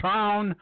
Town